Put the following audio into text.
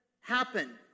happen